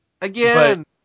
Again